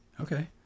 okay